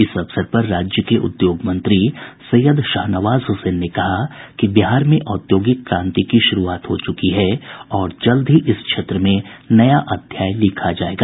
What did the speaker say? इस अवसर पर राज्य के उद्योग मंत्री सैय्यद शाहनवाज हुसैन ने कहा कि बिहार में औद्योगिक क्रांति की शुरूआत हो चुकी है और जल्द ही इस क्षेत्र में नया अध्याय लिखा जायेगा